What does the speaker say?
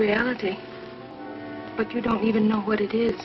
reality but you don't even know what it is